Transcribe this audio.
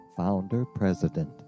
founder-president